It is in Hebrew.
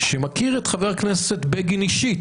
שמכיר את חבר הכנסת בגין אישית.